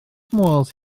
modd